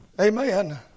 Amen